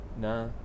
nah